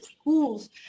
schools